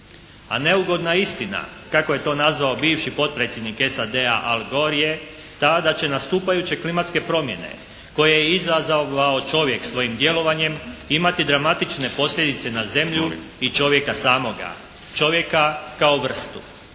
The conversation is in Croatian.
A neugodna istina kako je to nazvao bivši potpredsjednik SAD-a Al Gore je ta da će nastupajuće klimatske promjene koje je izazvao čovjek svojim djelovanjem imati dramatične posljedice na Zemlju i čovjeka samoga. Čovjeka kao vrstu.